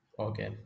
okay